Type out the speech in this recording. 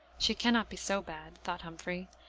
she can not be so bad, thought humphrey,